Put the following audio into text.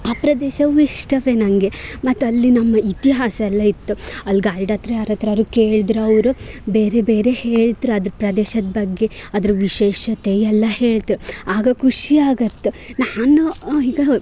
ಆ ಪ್ರದೇಶವೂ ಇಷ್ಟವೆ ನನಗೆ ಮತ್ತಲ್ಲಿ ನಮ್ಮ ಇತಿಹಾಸ ಎಲ್ಲ ಇತ್ತು ಅಲ್ಲಿ ಗೈಡ್ಹತ್ರ ಯಾರತ್ರಾದ್ರು ಕೇಳ್ದ್ರೆ ಅವ್ರು ಬೇರೆ ಬೇರೆ ಹೇಳ್ತ್ರು ಅದ್ರ ಪ್ರದೇಶದ ಬಗ್ಗೆ ಅದ್ರ ವಿಶೇಷತೆ ಎಲ್ಲ ಹೇಳ್ತ್ರು ಆಗ ಖುಷಿ ಆಗತ್ತೆ ನಾನು ಈಗ